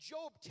Job